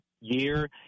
year